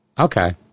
Okay